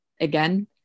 again